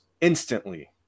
instantly –